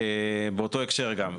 באותו הקשר אגב,